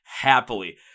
happily